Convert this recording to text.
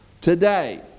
Today